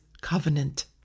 covenant